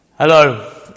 Hello